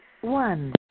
one